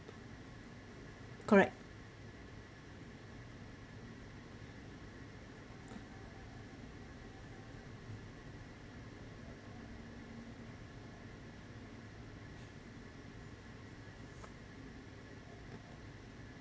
correct